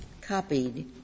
copied